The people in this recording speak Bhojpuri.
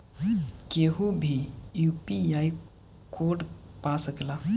केहू भी यू.पी.आई कोड पा सकेला?